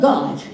God